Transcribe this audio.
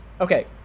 okay